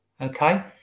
okay